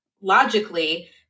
logically